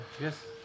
Yes